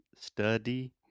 study